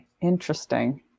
Interesting